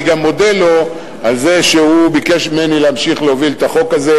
אני גם מודה לו על זה שהוא ביקש ממני להמשיך להוביל את החוק הזה,